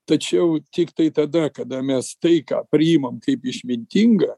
tačiau tiktai tada kada mes tai ką priimam kaip išmintinga